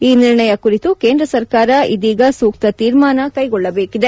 ಈ ನಿರ್ಣಯ ಕುರಿತು ಕೇಂದ್ರ ಸರ್ಕಾರ ಇದೀಗ ಸೂಕ್ತ ತೀರ್ಮಾನ ಕೈಗೊಳ್ಳಬೇಕಿದೆ